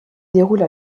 déroule